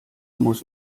muss